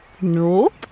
Nope